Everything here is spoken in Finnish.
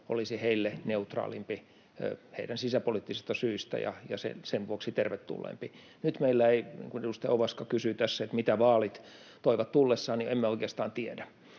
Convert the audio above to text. olisi heille neutraalimpi heidän sisäpoliittisista syistään ja sen vuoksi tervetulleempi. Nyt meillä ei... Kun edustaja Ovaska kysyi, mitä vaalit toivat tullessaan, niin emme oikeastaan tiedä,